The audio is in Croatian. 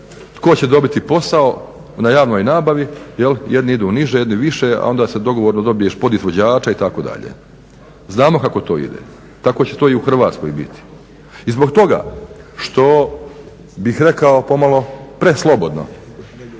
tko će dobiti posao na javnoj nabavi, jel' jedni idu niže, jedni više, onda se dogovorno dobiješ podizvođača itd. Znamo kako to ide. Tako će to i u Hrvatskoj biti. I zbog toga što bih rekao pomalo preslobodno